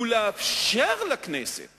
הוא לאפשר לכנסת